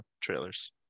trailers